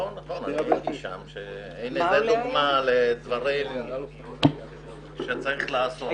זו דוגמה לדברים שצריך לעשות.